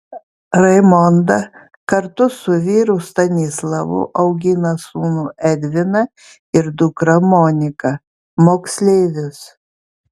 raimonda kartu su vyru stanislavu augina sūnų edviną ir dukrą moniką moksleivius